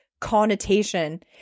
connotation